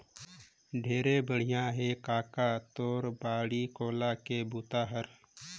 ढेरे बड़िया हे कका तोर बाड़ी कोला के बूता हर